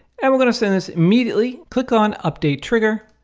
and we're going to send this immediately click on update trigger,